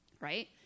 right